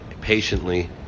patiently